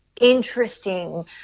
interesting